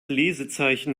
lesezeichen